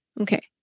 okay